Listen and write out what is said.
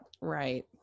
right